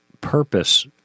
purpose